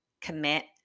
commit